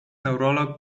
neurolog